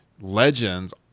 legends